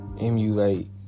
emulate